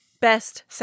best